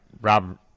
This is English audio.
rob